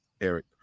Eric